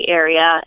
area